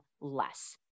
less